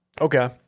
Okay